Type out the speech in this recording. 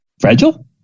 fragile